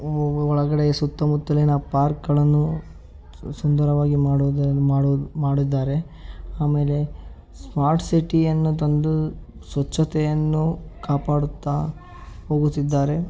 ಒ ಒಳಗಡೆ ಸುತ್ತಮುತ್ತಲಿನ ಪಾರ್ಕ್ಗಳನ್ನು ಸುಂದರವಾಗಿ ಮಾಡುದನ್ ಮಾಡು ಮಾಡಿದ್ದಾರೆ ಆಮೇಲೆ ಸ್ಮಾರ್ಟ್ ಸಿಟಿಯನ್ನು ತಂದು ಸ್ವಚ್ಛತೆಯನ್ನು ಕಾಪಾಡುತ್ತಾ ಹೋಗುತ್ತಿದ್ದಾರೆ